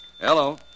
Hello